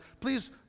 Please